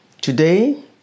Today